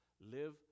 live